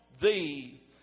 thee